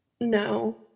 No